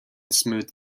smooth